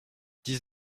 dix